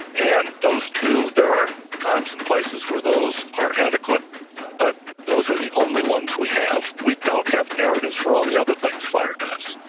and those two there are times and places where those are adequate but those are the only ones we have. we don't have narratives for all the other things fire does.